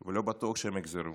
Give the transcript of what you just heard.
בכל יום, ולא בטוח שהם יחזרו.